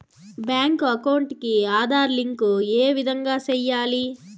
Bank account కి Aadhaar link ఏ విధంగా సెయ్యాలి?